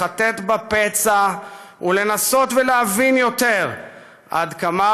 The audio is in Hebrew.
לחטט בפצע ולנסות ולהבין יותר עד כמה